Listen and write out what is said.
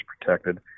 protected